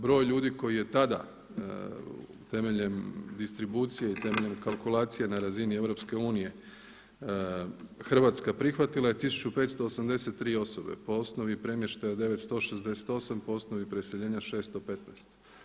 Broj ljudi koji je tada temeljem distribucije i temeljem kalkulacije na razini EU Hrvatska prihvatila je 1583 osobe, po osnovi premještaja 968, po osnovi preseljenja 615.